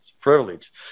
privilege